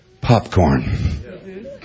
popcorn